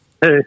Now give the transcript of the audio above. Hey